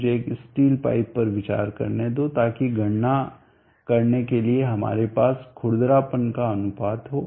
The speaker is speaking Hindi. मुझे एक स्टील पाइप पर विचार करने दो ताकि गणना करने के लिए हमारे पास खुरदरापन का कुछ अनुपात हो